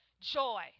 joy